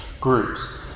groups